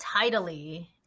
tidily